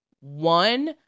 One